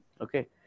Okay